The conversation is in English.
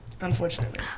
Unfortunately